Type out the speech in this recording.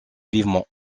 vivement